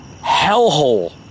hellhole